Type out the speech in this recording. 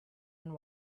and